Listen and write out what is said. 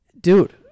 dude